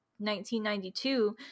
1992